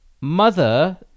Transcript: Mother